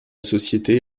société